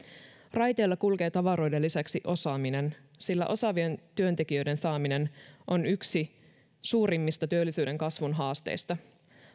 raiteilla kulkee tavaroiden lisäksi osaaminen sillä osaavien työntekijöiden saaminen on yksi suurimmista työllisyyden kasvun haasteista